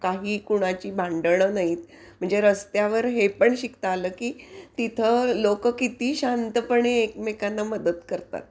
काही कुणाची भांडणं नाहीत म्हणजे रस्त्यावर हे पण शिकता आलं की तिथं लोकं किती शांतपणे एकमेकांना मदत करतात